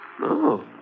No